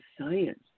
science